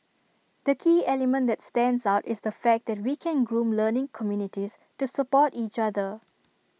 the key element that stands out is the fact that we can groom learning communities to support each other